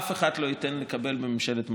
אף אחד לא ייתן לקבל בממשלת מעבר,